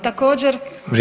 Također,